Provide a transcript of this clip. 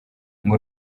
ngo